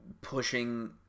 pushing